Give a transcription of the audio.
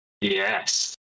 yes